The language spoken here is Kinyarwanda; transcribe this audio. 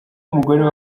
mugore